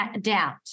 doubt